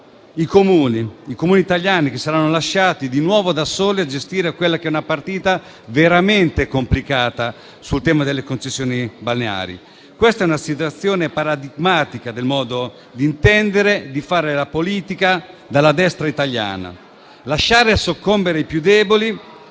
i Comuni italiani, che saranno lasciati di nuovo da soli a gestire una partita veramente complicata sul tema delle concessioni balneari. Questa è una situazione paradigmatica del modo di intendere e di fare la politica della destra italiana: lasciare soccombere i più deboli